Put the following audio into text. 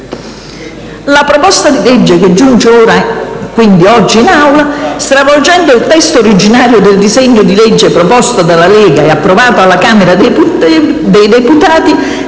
La proposta di legge che giunge oggi in aula, stravolgendo il testo originario del disegno di legge proposto dalla Lega e approvato alla Camera dei deputati